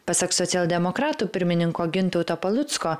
pasak socialdemokratų pirmininko gintauto palucko